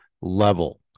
level